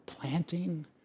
Planting